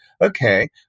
Okay